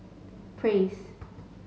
praise